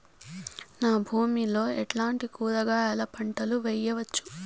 నా భూమి లో ఎట్లాంటి కూరగాయల పంటలు వేయవచ్చు?